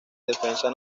defensa